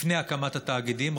לפני הקמת התאגידים,